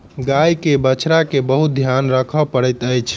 गाय के बछड़ा के बहुत ध्यान राखअ पड़ैत अछि